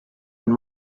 and